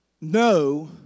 No